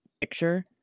picture